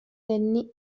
danny